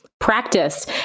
Practice